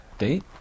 date